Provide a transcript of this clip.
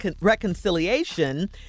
reconciliation